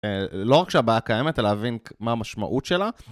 לא רק שהבעיה קיימת, אלא להבין מה המשמעות שלה.